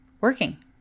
working